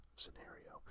scenario